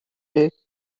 lake